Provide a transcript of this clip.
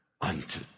unto